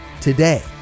today